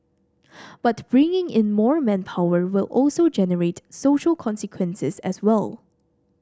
but bringing in more manpower will also generate social consequences as well